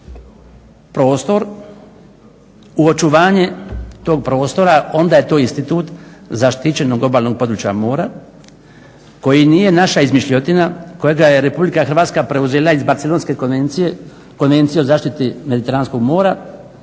prostor, u očuvanje tog prostora onda je to institut zaštićenog obalnog područja mora koji nije naša izmišljotina kojega je Republika Hrvatska preuzela iz Barcelonske konvencije, konvencije o zaštiti mediteranskog mora